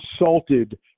insulted